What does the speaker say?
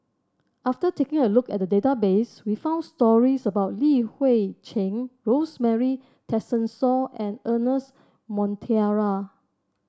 after taking a look at the database we found stories about Li Hui Cheng Rosemary Tessensohn and Ernest Monteiro